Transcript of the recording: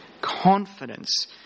confidence